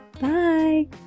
Bye